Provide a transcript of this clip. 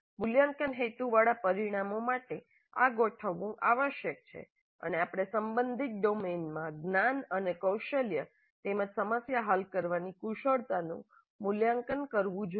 મૂલ્યાંકન હેતુવાળા પરિણામો માટે આ ગોઠવવું આવશ્યક છે અને આપણે સંબંધિત ડોમેનમાં જ્ઞાન અને કૌશલ્ય તેમજ સમસ્યા હલ કરવાની કુશળતાનું મૂલ્યાંકન કરવું જોઈએ